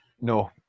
No